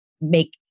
make